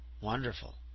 wonderful